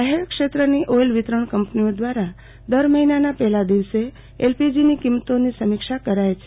જાહેર ક્ષેત્રની ઓઇલ વિતરણ કંપનીઓ દ્વારા દર મહિનાના પહેલા દિવસે એલપીજીની કિંમતોની સમીક્ષા કરાય છે